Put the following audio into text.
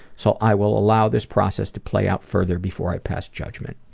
so i will allow this process to play out further before i pass judgment.